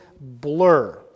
blur